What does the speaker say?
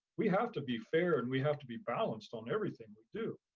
we have to be fair and we have to be balanced on everything we do.